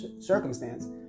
circumstance